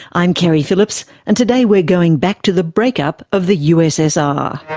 i'm keri phillips. and today we're going back to the break-up of the ussr.